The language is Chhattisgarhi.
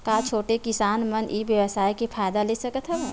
का छोटे किसान मन ई व्यवसाय के फ़ायदा ले सकत हवय?